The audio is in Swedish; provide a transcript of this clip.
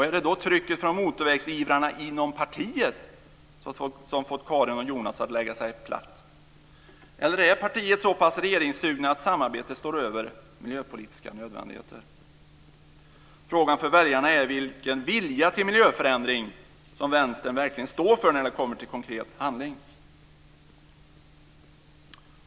Är det trycket från motorvägsivrarna inom partiet som fått Karin och Jonas att lägga sig platt, eller är partiet så pass regeringssuget att samarbetet står över miljöpolitiska nödvändigheter? Frågan för väljarna är vilken vilja till miljöförändring som Vänstern verkligen står för när det kommer till konkret handling.